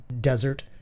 Desert